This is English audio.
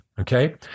Okay